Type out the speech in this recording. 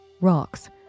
rocks